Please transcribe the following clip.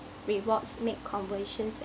rewards make conversions